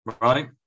right